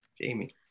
jamie